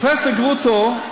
פרופסור גרוטו,